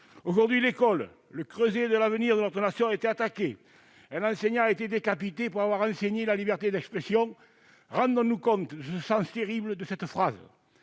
Aujourd'hui, l'école, le creuset de l'avenir de notre Nation, a été attaquée. Un enseignant a été décapité pour avoir enseigné la liberté d'expression. Rendons-nous compte du sens terrible de cette phrase